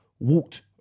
walked